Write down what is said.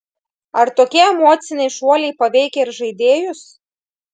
ar tokie emociniai šuoliai paveikia ir žaidėjus